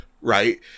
right